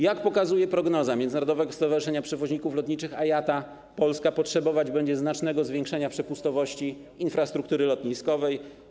Jak pokazuje prognoza Międzynarodowego Zrzeszenia Przewoźników Lotniczych IATA, Polska potrzebować będzie znacznego zwiększenia przepustowości infrastruktury lotniskowej.